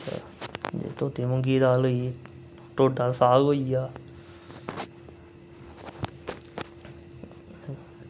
ते धोती मूुगी दी दाल होई ढोड्डा साग होइया